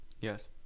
Yes